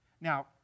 Now